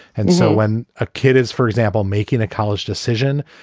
and so when a kid is, for example, making a college decision,